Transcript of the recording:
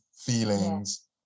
feelings